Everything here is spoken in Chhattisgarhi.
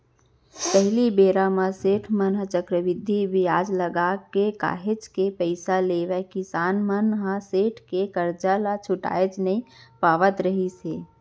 पहिली बेरा म सेठ मन ह चक्रबृद्धि बियाज लगाके काहेच के पइसा लेवय किसान मन ह सेठ के करजा ल छुटाएच नइ पावत रिहिस हे